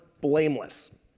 blameless